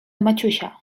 maciusia